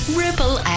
ripple